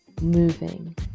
moving